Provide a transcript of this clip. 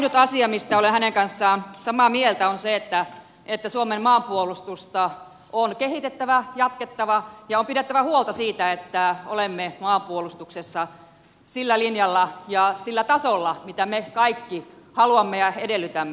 ainut asia mistä olen hänen kanssaan samaa mieltä on se että suomen maanpuolustusta on kehitettävä jatkettava ja on pidettävä huolta siitä että olemme maanpuolustuksessa sillä linjalla ja sillä tasolla mitä me kaikki haluamme ja edellytämme